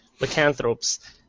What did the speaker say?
Lycanthropes